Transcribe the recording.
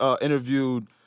interviewed